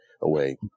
away